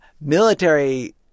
Military